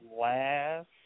last